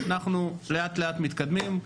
אנחנו לאט לאט מתקדמים.